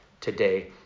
today